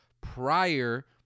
prior